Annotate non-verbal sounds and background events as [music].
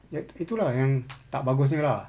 yan~ itu lah yang [noise] tak bagus dia lah